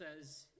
says